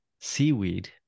seaweed